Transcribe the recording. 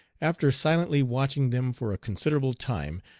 after silently watching them for a considerable time,